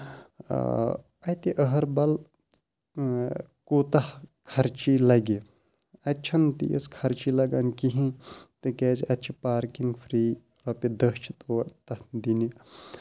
آ اَتہِ اَہربَل اۭں کوٗتاہ خرچہِ لَگہِ اَتہِ چھےٚ نہٕ تیٖژ خرچی لَگان کِہینۍ تِکیازِ اَتہِ چھِ پارکِنگ فری رۄپیہِ دہ چھِ تور تَتھ دِنہِ